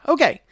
Okay